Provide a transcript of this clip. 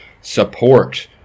support